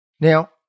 Now